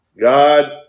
God